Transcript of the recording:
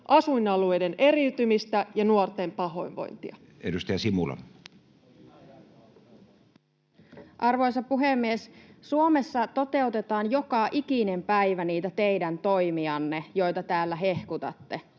asuinalueiden eriytymistä ja nuorten pahoinvointia. Edustaja Simula. Arvoisa puhemies! Suomessa toteutetaan joka ikinen päivä niitä teidän toimianne, joita täällä hehkutatte.